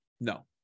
No